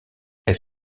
elle